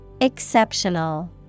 Exceptional